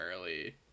early